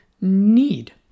need